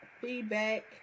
feedback